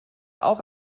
auch